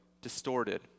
distorted